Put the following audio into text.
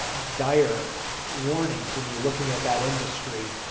dire warning for me looking at that industry.